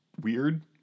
weird